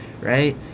right